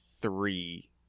three